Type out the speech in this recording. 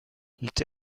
litt